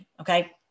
Okay